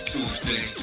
Tuesday